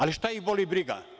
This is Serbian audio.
Ali, šta ih boli briga.